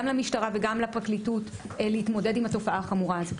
גם למשטרה וגם לפרקליטות להתמודד עם התופעה החמורה הזאת.